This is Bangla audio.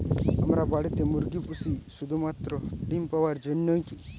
আমরা বাড়িতে মুরগি পুষি শুধু মাত্র ডিম পাওয়ার জন্যই কী?